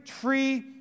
tree